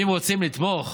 ואם רוצים לתמוך